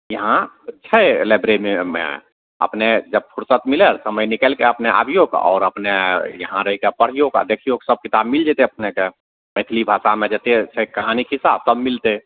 यहाँ छै लाइब्रेरीमे अपने जब फुर्सत मिलल समय निकलि कऽ अपने आबियौक आओर अपने यहाँ रहि कऽ पढ़ियौक आओर देखियौक सब किताब मिल जेतय अपनेके मैथिली भाषामे जते छै कहानी खिस्सा सब मिलतय